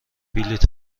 بلیط